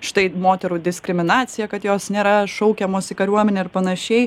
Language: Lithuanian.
štai moterų diskriminacija kad jos nėra šaukiamos į kariuomenę ir panašiai